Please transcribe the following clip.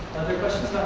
other questions